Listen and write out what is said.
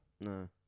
No